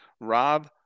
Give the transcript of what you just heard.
Rob